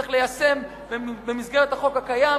צריך ליישם במסגרת החוק הקיים,